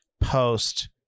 post